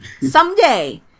Someday